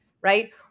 right